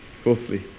Fourthly